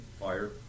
Fire